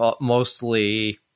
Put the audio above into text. mostly